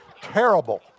terrible